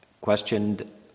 questioned